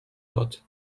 lot